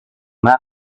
mac